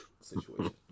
situation